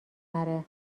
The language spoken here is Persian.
نره